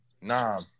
Nah